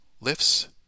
lifts